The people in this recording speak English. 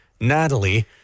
Natalie